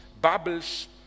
bubbles